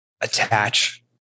attach